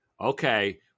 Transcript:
Okay